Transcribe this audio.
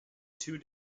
two